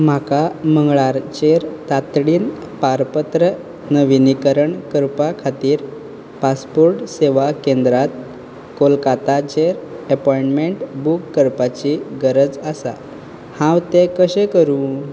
म्हाका मंगळारचेर तातडीन पारपत्र नविनीकरण करपा खातीर पासपोर्ट सेवा केंद्रांत कोलकाताचेर एपोयंटमेंट बूक करपाची गरज आसा हांव तें कशें करूं